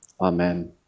Amen